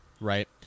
right